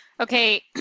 Okay